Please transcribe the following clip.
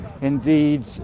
indeed